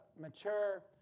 mature